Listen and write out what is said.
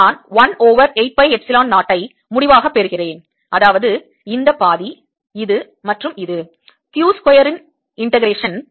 எனவே நான் 1 over 8 by epsilon 0 ஐ முடிவாகப் பெறுகிறேன் அதாவது இந்த பாதி இது மற்றும் இது Q ஸ்கொயர் இன் டெக்ரேசன்